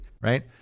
right